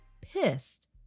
pissed